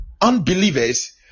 unbelievers